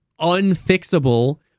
unfixable